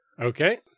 Okay